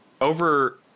Over